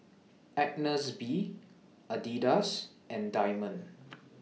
Agnes B Adidas and Diamond